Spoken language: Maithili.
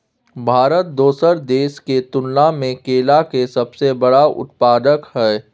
भारत दोसर देश के तुलना में केला के सबसे बड़ उत्पादक हय